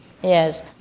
Yes